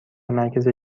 مرکز